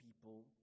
people